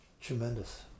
tremendous